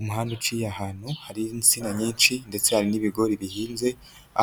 Umuhanda uciye ahantu hari insina nyinshi ndetse hari n'ibigori bihinze